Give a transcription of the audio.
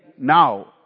now